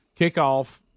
Kickoff